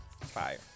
fire